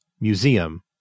museum